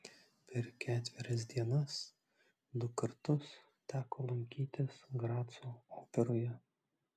per ketverias dienas du kartus teko lankytis graco operoje